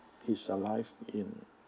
his life in